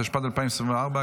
התשפ"ד 2024,